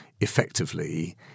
effectively